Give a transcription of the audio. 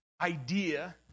idea